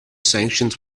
sanctions